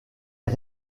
est